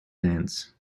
dance